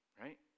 Right